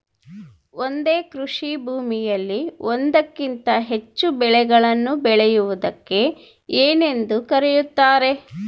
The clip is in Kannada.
ಒಂದೇ ಕೃಷಿಭೂಮಿಯಲ್ಲಿ ಒಂದಕ್ಕಿಂತ ಹೆಚ್ಚು ಬೆಳೆಗಳನ್ನು ಬೆಳೆಯುವುದಕ್ಕೆ ಏನೆಂದು ಕರೆಯುತ್ತಾರೆ?